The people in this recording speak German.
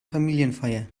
familienfeier